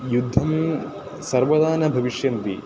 युद्धं सर्वदा न भविष्यति